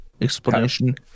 explanation